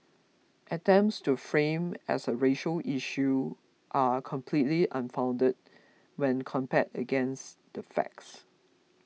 attempts to frame as a racial issue are completely unfounded when compared against the facts